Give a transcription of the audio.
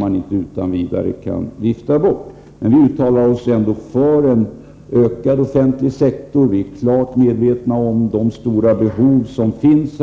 man inte utan vidare kan vifta bort sådant som stora budgetunderskott och stora utlandslån. Vi uttalar oss ändå för en ökad offentlig sektor, och vi är klart medvetna om de stora behov som finns.